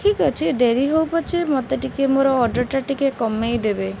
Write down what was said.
ଠିକ୍ ଅଛି ଡେରି ହଉ ପଛେ ମତେ ଟିକେ ମୋର ଅର୍ଡ଼ର୍ଟା ଟିକେ କମେଇ ଦେବେ